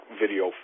video